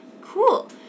Cool